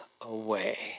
away